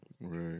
Right